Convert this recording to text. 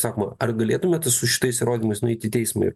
sakoma ar galėtumėte su šitais įrodymais nueiti į teismą ir